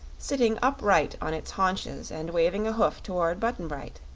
sitting upright on its haunches and waving a hoof toward button-bright.